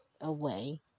away